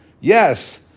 yes